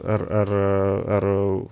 ar ar ar